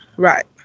Right